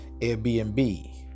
Airbnb